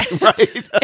Right